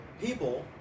people